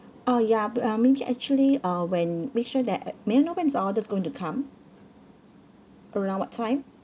ah ya but um maybe actually uh when make sure that uh may I know when is our orders going to come around what time